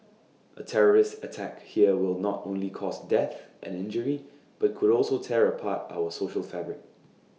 A terrorist attack here will not only cause death and injury but could also tear apart our social fabric